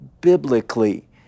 biblically